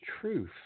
truth